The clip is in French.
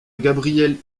gabrielle